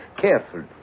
careful